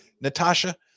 Natasha